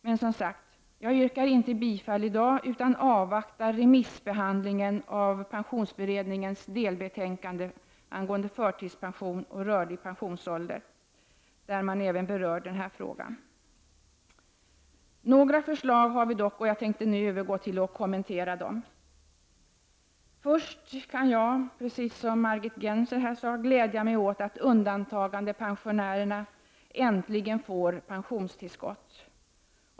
Men som sagt, jag yrkar inte bifall i dag utan avvaktar remissbehandlingen av pensionsberedningens delbetänkande angående förtidspension och rörlig pensionsålder, där man även berör den här frågan. Några förslag har vi dock, och jag tänker därför gå över till att kommentera dem. Först kan jag, precis som Margit Gennser, glädja mig åt att undantagandepensionärerna äntligen får pensionstillskott.